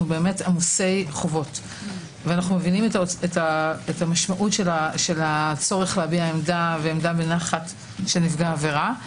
עמוסי חובות ומבינים את המשמעות של הצורך להביע עמדה נפגע העבירה.